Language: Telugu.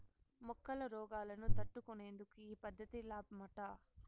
మొక్కల రోగాలను తట్టుకునేందుకు ఈ పద్ధతి లాబ్మట